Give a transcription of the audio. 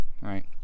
right